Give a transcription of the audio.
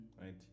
right